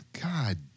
God